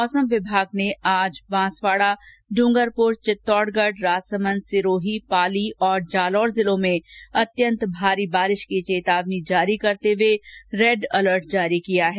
मौसम विभाग ने आज बांसवाड़ा ड्रंगरपुर चित्तौडगढ राजसमंद सिरोही पाली तथा जालौर में अत्यंत भारी वर्षा की चेतावनी जारी करते हुए रेड अलर्ट जारी किया है